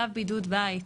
צו בידוד בית,